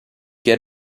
get